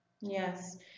yes